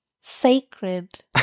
Sacred